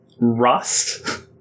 rust